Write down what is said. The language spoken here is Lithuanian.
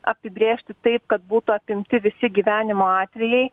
apibrėžti taip kad būtų apimti visi gyvenimo atvejai